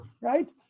right